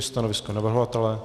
Stanovisko navrhovatele?